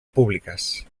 públiques